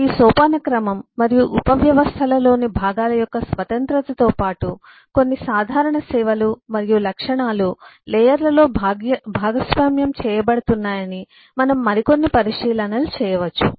ఈ సోపానక్రమం మరియు ఉపవ్యవస్థలలోని భాగాల యొక్క స్వతంత్రతతో పాటు కొన్ని సాధారణ సేవలు మరియు లక్షణాలు లేయర్లలో భాగస్వామ్యం చేయబడుతున్నాయని మనము మరికొన్ని పరిశీలనలు చేయవచ్చు